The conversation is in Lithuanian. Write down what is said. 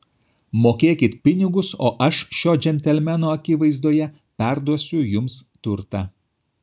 mokėkit pinigus o aš šio džentelmeno akivaizdoje perduosiu jums turtą